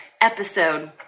episode